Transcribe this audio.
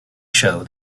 show